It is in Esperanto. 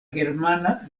germana